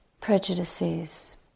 prejudices